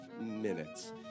minutes